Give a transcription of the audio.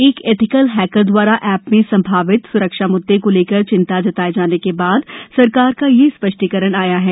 एक ethical hacker दवारा app में संभावित सुरक्षा मुददे को लेकर चिंता जताये जाने के बाद सरकार का यह सप्रषटीकरण थे या है